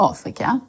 Afrika